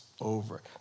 over